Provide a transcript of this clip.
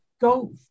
go